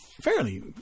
Fairly